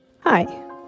Hi